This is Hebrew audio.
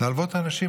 להלוות לאנשים.